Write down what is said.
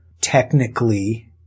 Technically